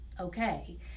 Okay